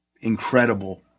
incredible